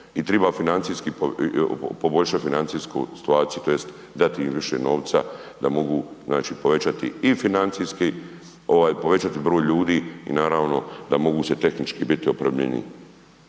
poboljšati financijsku situaciju, tj. dati im više novca da mogu znači povećati i financijski, povećati broj ljudi i naravno, da mogu se tehnički biti opremljeniji.